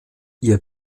ihr